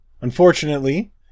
Unfortunately